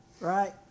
right